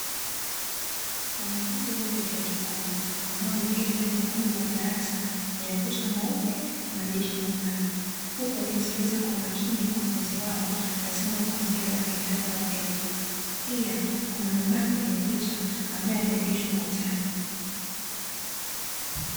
Wanafunzi wengi wa chuo kikuu ambao wameketi ndani ya ukumbi wa darasa wenye ukuta mweupe na madirisha mapana, huku wakimsikiliza kwa maikini mkufunzi wao aliyesimama kwambele akiendelea kuwapa elimu, pia kuna mabango yenye picha ambayo yameegeshwa ukutani.